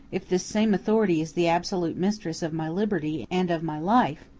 if this same authority is the absolute mistress of my liberty and of my life,